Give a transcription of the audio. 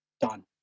done